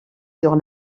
sur